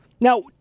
Now